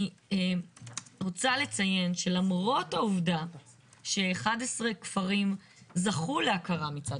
רוצה לציין שלמרות העובדה ש-11 כפרים זכו להכרה מצד